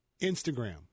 Instagram